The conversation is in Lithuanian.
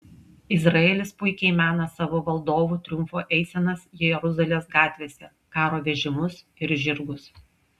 izraelis puikiai mena savo valdovų triumfo eisenas jeruzalės gatvėse karo vežimus ir žirgus